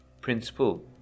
principle